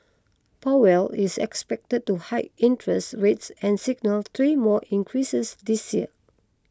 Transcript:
Powell is expected to hike interest rates and signal three more increases this year